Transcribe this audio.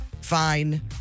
fine